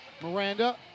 Miranda